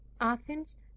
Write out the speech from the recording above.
athens